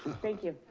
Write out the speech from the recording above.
thank you,